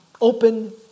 open